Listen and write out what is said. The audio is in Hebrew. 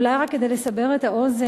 אולי רק כדי לסבר את האוזן,